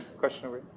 question over